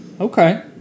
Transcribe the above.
Okay